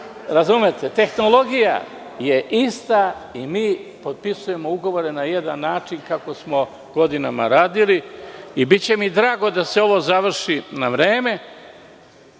za Srbiju. Tehnologija je ista i mi potpisujemo ugovore na jedan način, kako smo godinama radili i biće mi drago da se ovo završi na vreme.